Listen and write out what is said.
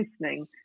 listening